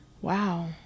wow